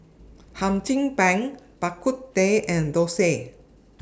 Hum Chim Peng Bak Kut Teh and Thosai